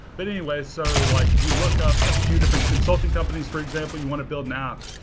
but anyways, so like you look up a few different consulting companies for example, you want to build an app.